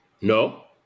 No